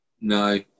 No